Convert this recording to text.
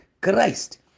Christ